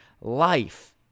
life